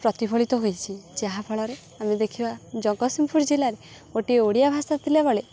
ପ୍ରତିଫଳିତ ହୋଇଛି ଯାହାଫଳରେ ଆମେ ଦେଖିବା ଜଗତସିଂହପୁର ଜିଲ୍ଲାରେ ଗୋଟିଏ ଓଡ଼ିଆ ଭାଷା ଥିଲାବେଳେ